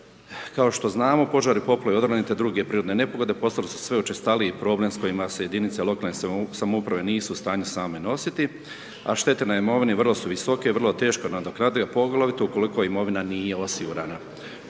Kao što znamo, požari, poplave, odroni te druge prirodne nepogode postale su sve učestaliji problem s kojima se jedinice lokalne samouprave nisu u stanju same nositi, a štete na imovini vrlo su visoke i vrlo teško nadoknadive, poglavito ukoliko imovina nije osigurana.